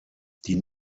die